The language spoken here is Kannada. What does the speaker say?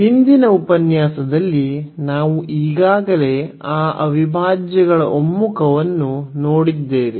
ಹಿಂದಿನ ಉಪನ್ಯಾಸದಲ್ಲಿ ನಾವು ಈಗಾಗಲೇ ಆ ಅವಿಭಾಜ್ಯಗಳ ಒಮ್ಮುಖವನ್ನು ನೋಡಿದ್ದೇವೆ